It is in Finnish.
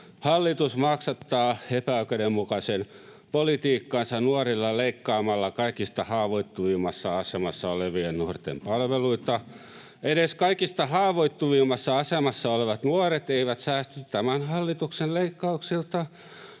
”Hallitus maksattaa epäoikeudenmukaisen politiikkansa nuorilla leikkaamalla kaikista haavoittuvimmassa asemassa olevien nuorten palveluita.” ”Edes kaikista haavoittuvimmassa asemassa olevat nuoret eivät säästy tämän hallituksen leikkauksilta.”